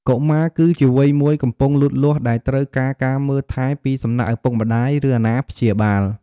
កុមារគឺជាវ័យមួយកំពុងលូតលាស់ដែលត្រូវការការមើលថែរពីសំណាក់ឪពុកម្ដាយ ឬអាណាព្យាបាល។